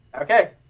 Okay